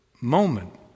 moment